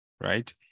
right